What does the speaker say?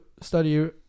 study